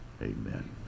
amen